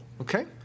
okay